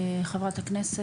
חה"כ,